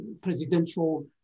presidential